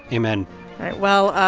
amen well,